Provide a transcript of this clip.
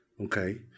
okay